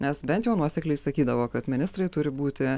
nes bent jau nuosekliai sakydavo kad ministrai turi būti